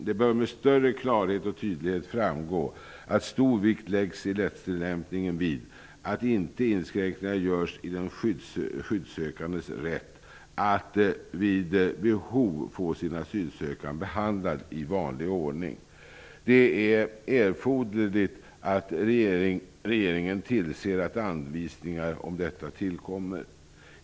Det bör med större klarhet och tydlighet framgå att stor vikt läggs i rättstillämpningen vid att inte inskränkningar görs i den skyddssökandes rätt att vid behov få sin asylansökan behandlad i vanlig ordning. Det är erforderligt att regeringen tillser att anvisningar om detta tillkommer.